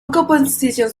compositions